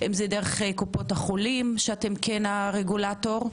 אם זה דרך קופות החולים שאתם כן הרגולטור,